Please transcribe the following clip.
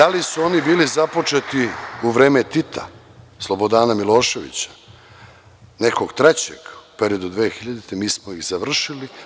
Da li su oni bili započeti u vreme Tita, Slobodana Miloševića, nekog trećeg u periodu do 2000. godine, mi smo ih završili.